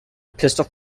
pistol